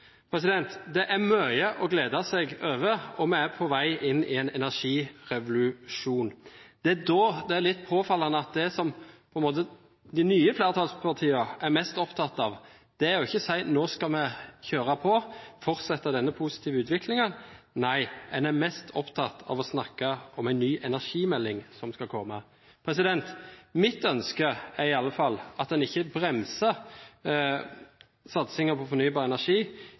Det er mye å glede seg over, og vi er på vei inn i en energirevolusjon. Da er det litt påfallende at det som de nye flertallspartiene er mest opptatt av, er ikke å si at «nå skal vi kjøre på og fortsette denne positive utviklingen». Nei, en er mest opptatt av å snakke om en ny energimelding som skal komme. Mitt ønske er iallfall at en ikke bremser satsingen på fornybar energi